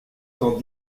cent